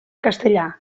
castellà